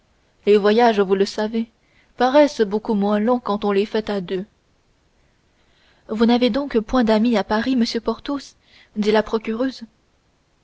voyages vous le savez paraissent beaucoup moins longs quand on les fait à deux vous n'avez donc point d'amis à paris monsieur porthos dit la procureuse